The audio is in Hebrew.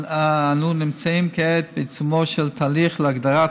אנו נמצאים כעת בעיצומו של תהליך להגדרת